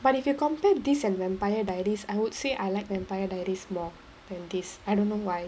but if you compare this and vampire diaries I would say I like vampire diaries more than this I don't know why